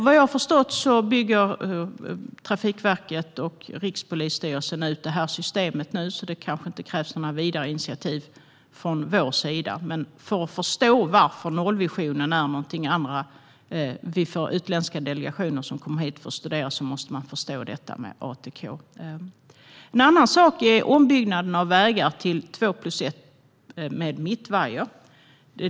Vad jag har förstått bygger Trafikverket och Polismyndigheten ut det här systemet nu, så det kanske inte krävs några vidare initiativ från vår sida. Men för att förstå varför nollvisionen är någonting som andra är intresserade av - utländska delegationer kommer hit för att studera detta - måste man förstå detta med ATK. En annan sak är ombyggnaden av vägar till två-plus-ett med mittvajer.